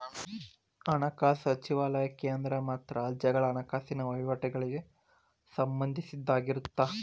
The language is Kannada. ಹಣಕಾಸು ಸಚಿವಾಲಯ ಕೇಂದ್ರ ಮತ್ತ ರಾಜ್ಯಗಳ ಹಣಕಾಸಿನ ವಹಿವಾಟಗಳಿಗೆ ಸಂಬಂಧಿಸಿದ್ದಾಗಿರತ್ತ